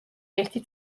ერთი